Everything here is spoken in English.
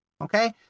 Okay